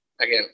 again